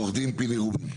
עו"ד פיני רובי.